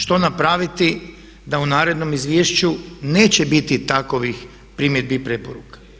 Što napraviti da u narednom izvješću neće biti takvih primjedbi i preporuka.